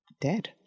dead